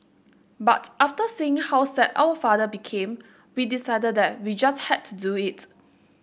but after seeing how sad our father became we decided that we just had to do it